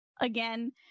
again